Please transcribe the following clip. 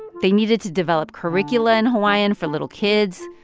they needed to develop curricula in hawaiian for little kids,